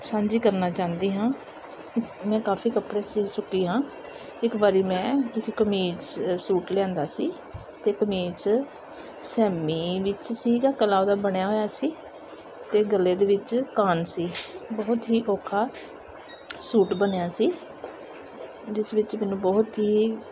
ਸਾਂਝੀ ਕਰਨਾ ਚਾਹੁੰਦੀ ਹਾਂ ਮੈਂ ਕਾਫੀ ਕੱਪੜੇ ਸਿਊ ਚੁੱਕੀ ਹਾਂ ਇੱਕ ਵਾਰੀ ਮੈਂ ਇੱਕ ਕਮੀਜ਼ ਸੂਟ ਲਿਆਉਂਦਾ ਸੀ ਅਤੇ ਕਮੀਜ਼ ਸੈਮੀ ਵਿੱਚ ਸੀਗਾ ਗਲਾ ਉਹਦਾ ਬਣਿਆ ਹੋਇਆ ਸੀ ਅਤੇ ਗਲੇ ਦੇ ਵਿੱਚ ਕਾਣ ਸੀ ਬਹੁਤ ਹੀ ਔਖਾ ਸੂਟ ਬਣਿਆ ਸੀ ਜਿਸ ਵਿੱਚ ਮੈਨੂੰ ਬਹੁਤ ਹੀ